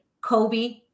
Kobe